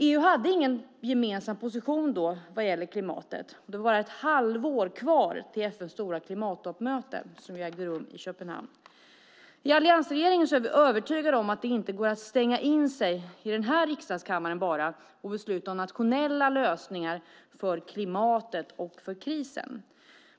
EU hade ingen gemensam position vad gäller klimatet. Det var bara ett halvår kvar till FN:s stora klimattoppmöte i Köpenhamn. I alliansregeringen är vi övertygade om att det inte går att stänga in sig i den här riksdagskammaren och besluta om nationella lösningar för klimatet och krisen.